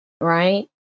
Right